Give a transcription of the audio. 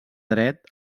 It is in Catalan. dret